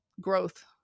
growth